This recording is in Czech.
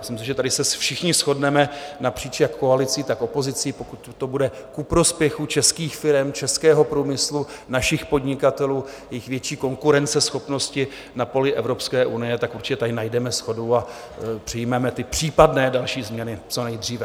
Myslím si, že se tady všichni shodneme napříč jak v koalici, tak opozici, pokud to bude ku prospěchu českých firem, českého průmyslu, našich podnikatelů, jejich větší konkurenceschopnosti na poli Evropské unie, tak určitě tady najdeme shodu a přijmeme případné další změny co nejdříve.